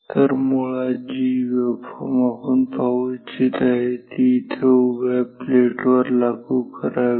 तर मुळात जी वेव्हफॉर्म आपण पाहू इच्छित आहे ती येथे उभ्या प्लेटवर लागू करावी